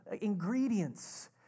ingredients